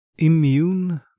Immune